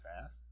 fast